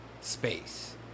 space